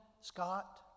scott